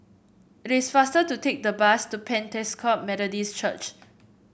it is faster to take the bus to Pentecost Methodist Church